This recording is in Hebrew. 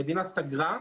המדינה סגרה,